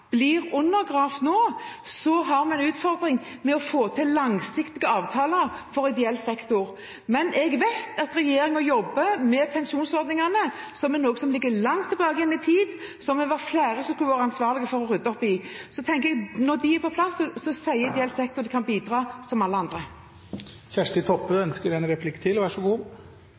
blir undergravd nå, har vi en utfordring med å få til langsiktige avtaler for ideell sektor. Men jeg vet at regjeringen jobber med pensjonsordningene, som er noe som ligger langt tilbake i tid, og som vi er flere som er ansvarlige for å få ryddet opp i. Jeg tenker at når de er på plass, så sier ideell sektor at de kan bidra som alle andre.